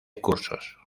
cursos